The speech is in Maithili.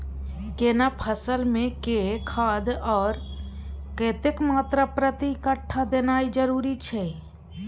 केना फसल मे के खाद आर कतेक मात्रा प्रति कट्ठा देनाय जरूरी छै?